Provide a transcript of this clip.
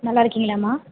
நல்லா இருக்கீங்களா அம்மா